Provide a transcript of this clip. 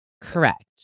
Correct